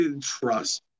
trust